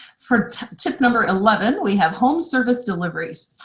for tip number eleven, we have home service deliveries.